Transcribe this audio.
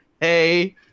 hey